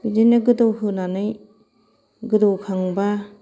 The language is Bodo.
बिदिनो गोदौहोनानै गोदौखांबा